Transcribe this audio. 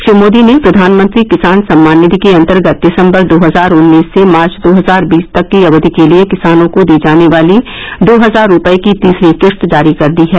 श्री मोदी ने प्रधानमंत्री किसान सम्मान निधि के अंतर्गत दिसंबर दो हजार उन्नीस से मार्च दो हजार बीस तक की अवधि के लिए किसानों को दी जाने वाली दो हजार रूपये की तीसरी किश्त जारी कर दी है